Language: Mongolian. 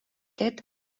гээд